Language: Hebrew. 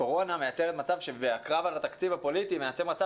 הקורונה מייצרת מצב שהקרב על התקציב הפוליטי מייצר מצב